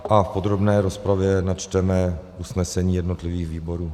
V podrobné rozpravě načteme usnesení jednotlivých výborů.